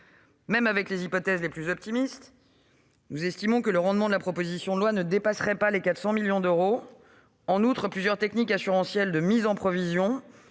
retenant les hypothèses les plus optimistes, nous estimons que le rendement de la mesure proposée ne dépasserait pas les 400 millions d'euros ; en outre, plusieurs techniques assurantielles de mise en provision